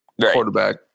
quarterback